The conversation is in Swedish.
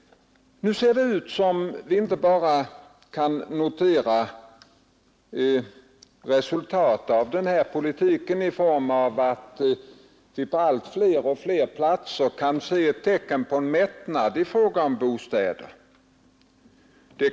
Nu ser det ut som om vi kan notera resultat av denna politik. På allt fler platser kan vi sålunda se tecken på mättnad i fråga om bostäder.